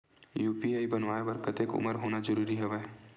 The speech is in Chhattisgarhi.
यू.पी.आई बनवाय बर कतेक उमर होना जरूरी हवय?